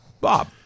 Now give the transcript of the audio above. Bob